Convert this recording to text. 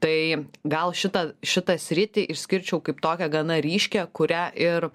tai gal šitą šitą sritį išskirčiau kaip tokią gana ryškią kurią ir